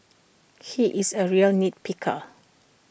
he is A real nit picker